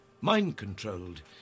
Mind-controlled